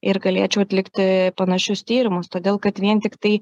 ir galėčiau atlikti panašius tyrimus todėl kad vien tiktai